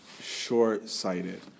short-sighted